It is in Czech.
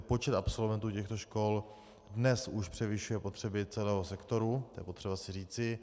Počet absolventů těchto škol dnes už převyšuje potřeby celého sektoru, to je potřeba si říci.